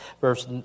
verse